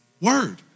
word